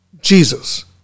Jesus